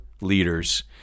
leaders